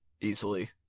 Easily